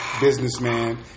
Businessman